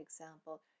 example